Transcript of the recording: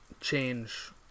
change